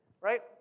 right